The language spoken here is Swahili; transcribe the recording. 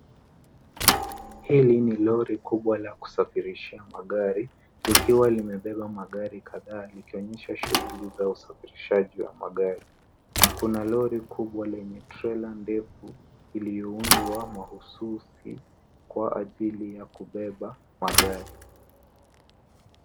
Hili ni lori kubwa la kusafirisha magari likiwa limebeba magari kadhaa, likionyesha shughuli za usafirishaji wa magari. Kuna lori kubwa lenye trela ndefu iliyoundwa mahususi kwa ajili ya kubeba magari.